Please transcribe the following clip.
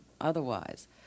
otherwise